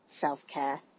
self-care